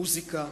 המוזיקה,